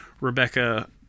rebecca